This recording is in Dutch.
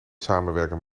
samenwerken